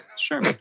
Sure